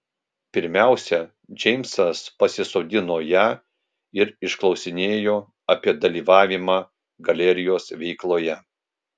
pirmiausia džeimsas pasisodino ją ir išklausinėjo apie dalyvavimą galerijos veikloje